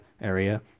area